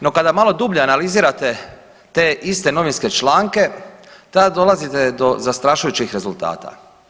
No, kada malo dublje analizirate te iste novinske članke tada dolazite do zastrašujućih rezultata.